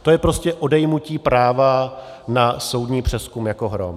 To je prostě odejmutí práva na soudní přezkum jako hrom.